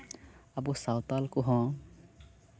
ᱟᱵᱚ ᱥᱟᱶᱛᱟᱞ ᱠᱚᱦᱚᱸ